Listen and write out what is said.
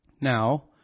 Now